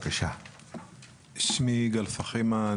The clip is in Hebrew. שמי יגאל פחימה,